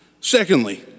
Secondly